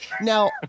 Now